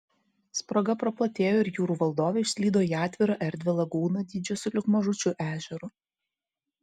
spraga praplatėjo ir jūrų valdovė išslydo į atvirą erdvią lagūną dydžio sulig mažučiu ežeru